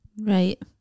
right